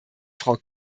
frau